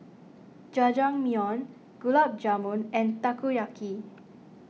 Jajangmyeon Gulab Jamun and Takoyaki